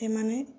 ସେମାନେ